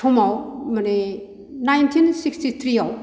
समाव माने nineteen sixty three आव